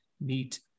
meet